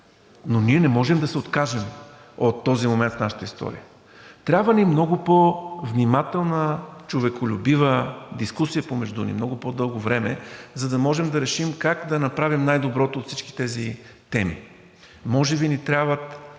но ние не можем да се откажем от този момент в нашата история. Трябва ни много по-внимателна, човеколюбива дискусия помежду ни, много по-дълго време, за да може да решим как да направим най-доброто от всички тези теми. Може би ни трябват